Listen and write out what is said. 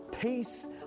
peace